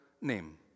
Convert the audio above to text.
name